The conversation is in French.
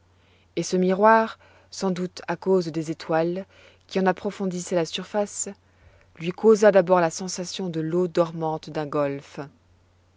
et ce miroir sans doute à cause des étoiles qui en approfondissaient la surface lui causa d'abord la sensation de l'eau dormante d'un golfe